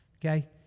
okay